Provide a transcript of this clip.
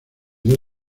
oído